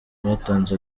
batanze